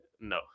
no